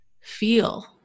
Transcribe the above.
feel